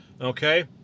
Okay